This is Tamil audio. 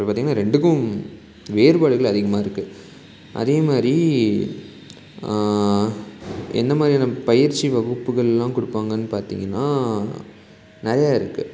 இப்போ பார்த்தீங்கன்னா ரெண்டுக்கும் வேறுபாடுகள் அதிகமாக இருக்குது அதே மாதிரி எந்த மாதிரியான பயிற்சி வகுப்புகள்லாம் கொடுப்பாங்கன்னு பார்த்தீங்கன்னா நிறையா இருக்குது